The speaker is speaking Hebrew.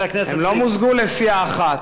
הן לא מוזגו לסיעה אחת.